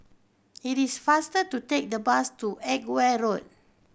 it is faster to take the bus to Edgware Road